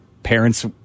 Parents